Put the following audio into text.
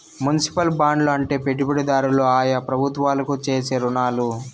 municipal బాండ్లు అంటే పెట్టుబడిదారులు ఆయా ప్రభుత్వాలకు చేసే రుణాలు